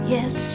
Yes